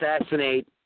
assassinate